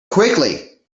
quickly